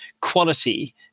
quality